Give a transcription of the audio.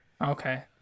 Okay